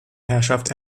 herrschaft